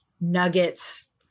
nuggets